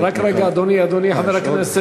מה לעשות,